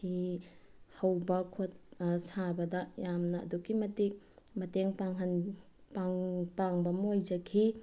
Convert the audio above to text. ꯐꯤ ꯍꯧꯕ ꯁꯥꯕꯗ ꯌꯥꯝꯅ ꯑꯗꯨꯛꯀꯤ ꯃꯇꯤꯛ ꯃꯇꯦꯡ ꯄꯥꯡꯕ ꯑꯃ ꯑꯣꯏꯖꯈꯤ